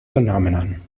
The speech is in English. phenomenon